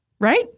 right